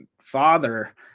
father